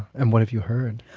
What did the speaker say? and what have you heard?